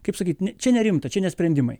kaip sakyt ne čia nerimta čia ne sprendimai